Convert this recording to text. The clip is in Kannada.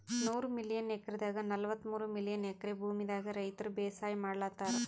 ನೂರ್ ಮಿಲಿಯನ್ ಎಕ್ರೆದಾಗ್ ನಲ್ವತ್ತಮೂರ್ ಮಿಲಿಯನ್ ಎಕ್ರೆ ಭೂಮಿದಾಗ್ ರೈತರ್ ಬೇಸಾಯ್ ಮಾಡ್ಲತಾರ್